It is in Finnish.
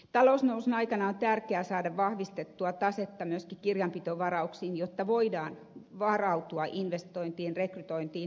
talousnousun aikana on tärkeää saada vahvistettua tasetta myöskin kirjanpitovarauksin jotta voidaan varautua investointiin rekrytointiin ja koulutukseen